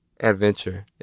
Adventure